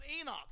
Enoch